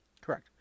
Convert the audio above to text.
correct